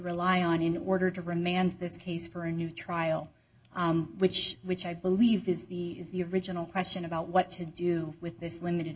rely on in order to remand this case for a new trial which which i believe is the is the original question about what to do with this limited